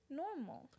normal